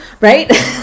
Right